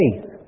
faith